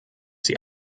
sie